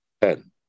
Ten